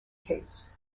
case